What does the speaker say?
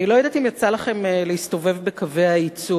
אני לא יודעת אם יצא לכם להסתובב בקווי הייצור.